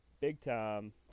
big-time